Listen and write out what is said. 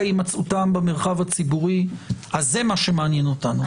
הימצאותן במרחב הציבורי אז זה מה שמעניין אותנו.